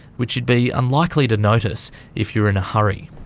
which you'd be unlikely to notice if you were in a hurry.